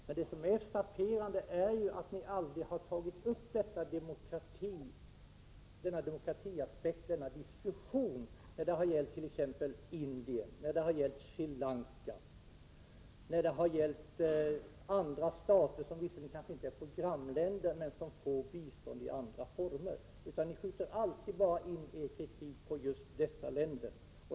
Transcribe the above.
Men det som är frapperande är att ni aldrig har tagit upp denna demokratiaspekt till diskussion när det har gällt t.ex. Indien, Sri Lanka eller andra stater, som visserligen kanske inte är programländer, men som får bistånd i andra former, utan ni skjuter alltid bara in er kritik på just dessa länder.